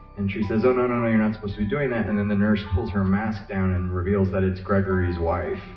and then she says, oh no, no, you're not supposed to be doing that, and and the nurse pulls her mask down and reveals that it's gregory's wife,